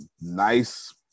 nice